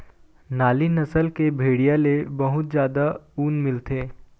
नाली नसल के भेड़िया ले बहुत जादा ऊन मिलथे